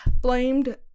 blamed